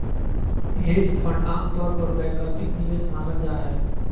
hedge fund आमतौर पर वैकल्पिक निवेश मानल जा हय